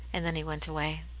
and then he went away.